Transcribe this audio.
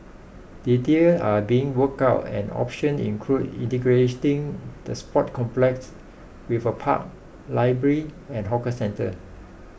details are being worked out and options include integrating the sports complex with a park library and hawker centre